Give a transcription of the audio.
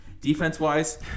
Defense-wise